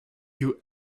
you